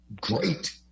great